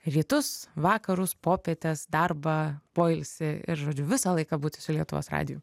rytus vakarus popietes darbą poilsį ir žodžiu visą laiką būti su lietuvos radiju